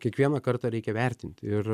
kiekvieną kartą reikia vertint ir